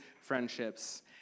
friendships